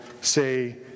say